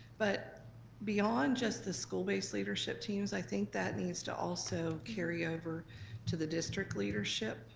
but beyond just the school-based leadership teams, i think that needs to also carry over to the district leadership